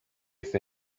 for